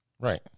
Right